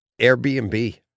Airbnb